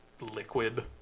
liquid